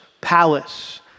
palace